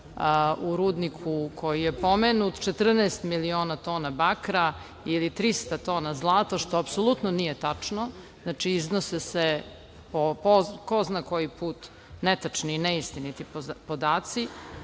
u rudniku koji je pomenut 14 miliona tona bakra ili 300 tona zlata, što apsolutno nije tačno. Iznose se po ko zna koji put netačni i neistiniti podaci.